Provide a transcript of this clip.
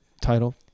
title